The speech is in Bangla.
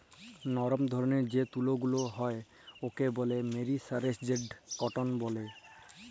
লরম ধরলের যে তুলা গুলা হ্যয় উয়াকে ব্যলে মেরিসারেস্জড কটল ব্যলে